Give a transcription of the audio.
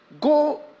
Go